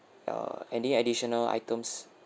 uh any additional items